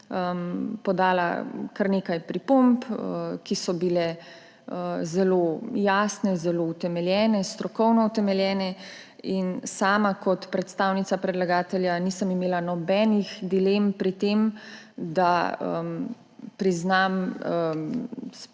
podala kar nekaj pripomb, ki so bile zelo jasne, zelo utemeljene, strokovno utemeljene. Sama kot predstavnica predlagatelja nisem imela nobenih dilem pri tem, da priznam svojo